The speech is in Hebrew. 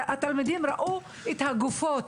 התלמידים ראו את הגופות,